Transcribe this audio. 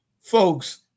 folks